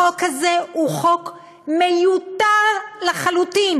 החוק הזה הוא חוק מיותר לחלוטין.